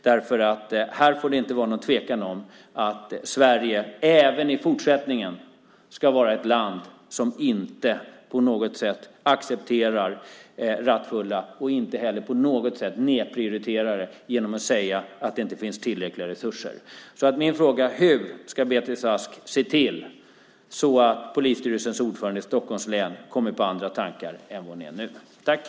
Det får inte vara någon tvekan om att Sverige även i fortsättningen ska vara ett land som inte accepterar rattfulla. Man får inte heller på något sätt nedprioritera det genom att säga att det inte finns tillräckliga resurser. Min fråga är: Hur ska Beatrice Ask se till att polisstyrelsens ordförande i Stockholms län kommer på andra tankar?